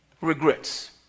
Regrets